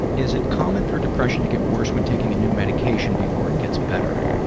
is it common for depression to get worse when taking a new medication before it gets better?